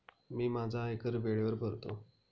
मी माझा आयकर वेळेवर भरतो